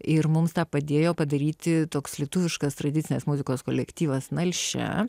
ir mums tą padėjo padaryti toks lietuviškas tradicinės muzikos kolektyvas nalšia